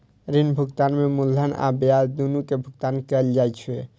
ऋण भुगतान में मूलधन आ ब्याज, दुनू के भुगतान कैल जाइ छै